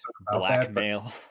blackmail